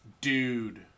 Dude